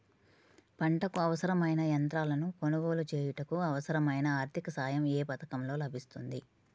పంటకు అవసరమైన యంత్రాలను కొనగోలు చేయుటకు, అవసరమైన ఆర్థిక సాయం యే పథకంలో లభిస్తుంది?